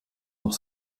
noch